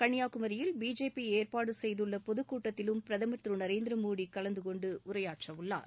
கள்ளியாகுமரியில் BJP ஏற்பாடு செய்துள்ள பொதுக்கூட்டத்திலும் பிரதமர் திரு நரேந்திர மோடி கலந்து கொண்டு உரையாற்ற உள்ளார்